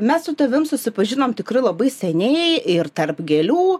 mes su tavim susipažinom tikrai labai seniai ir tarp gėlių